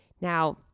Now